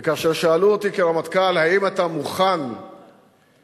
וכאשר שאלו אותי כרמטכ"ל: האם אתה מוכן ששורות